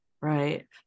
right